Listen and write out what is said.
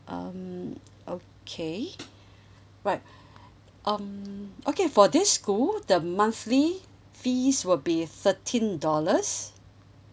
um okay right um okay for this school the monthly fees will be thirteen dollars